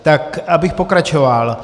Tak abych pokračoval.